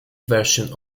version